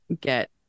get